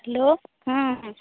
hello ହୁଁ ହୁଁ